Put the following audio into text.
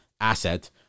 asset